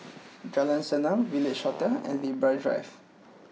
Jalan Senang Village Hotel and Libra Drive